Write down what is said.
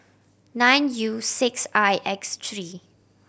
nine U six I X three